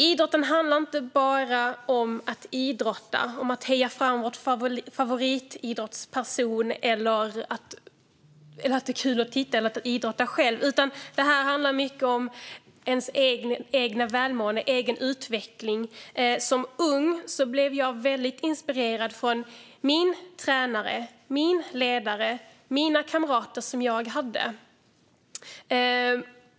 Idrotten handlar inte bara om att idrotta, om att heja fram sin favoritidrottsperson eller om att det är kul att titta eller att idrotta själv, utan det handlar också mycket om ens eget välmående och ens egen utveckling. Som ung blev jag väldigt inspirerad av min tränare, min ledare och mina kamrater.